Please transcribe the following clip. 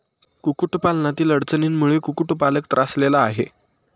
कुक्कुटपालनातील अडचणींमुळे कुक्कुटपालक त्रासलेला आहे